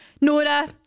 Nora